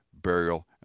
burial